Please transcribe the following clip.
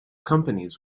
companies